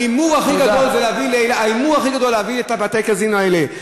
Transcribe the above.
ההימור הכי גדול הוא להביא את בתי-הקזינו האלה.